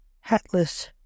Hatless